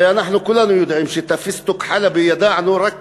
ואנחנו כולנו יודעים שאת הפיסטוק חלבי ידענו רק